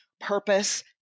purpose